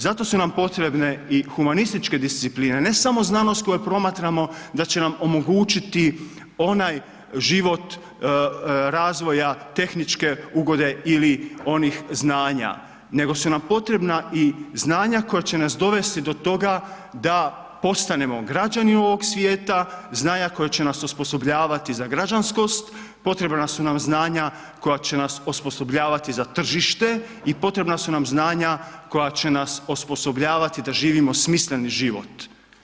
Zato su nam potrebne i humanističke discipline, ne samo znanost koja promatramo da će nam omogućiti onaj život razvoja tehničke ugode ili onih znanja, nego su nam potrebna i znanja koja će nas dovesti do toga da postanemo građani ovog svijeta, znanja koje će nas osposobljavati za građanskost, potrebna su nam znanja koje će nas osposobljavati za tržište i potrebna su nam znanja koje će nas osposobljavati da živimo smisleni život.